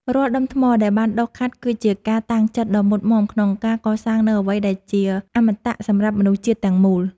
រាល់ដុំថ្មដែលបានដុសខាត់គឺជាការតាំងចិត្តដ៏មុតមាំក្នុងការកសាងនូវអ្វីដែលជាអមតៈសម្រាប់មនុស្សជាតិទាំងមូល។